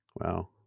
Wow